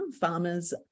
farmers